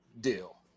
deal